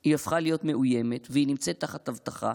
היא הפכה להיות מאוימת והיא נמצאת תחת אבטחה,